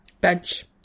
Bench